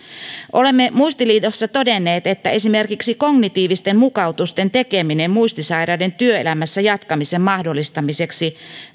olemme muistiliitossa todenneet että esimerkiksi kognitiivisten mukautusten tekeminen muistisairaiden työelämässä jatkamisen mahdollistamiseksi